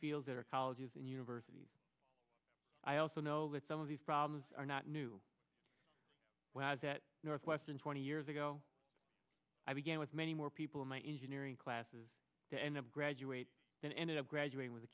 fields or colleges and universities also know that some of these problems are not new when i was at northwestern twenty years ago i began with many more people in my engineering classes to end up graduates than ended up graduating with